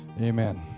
Amen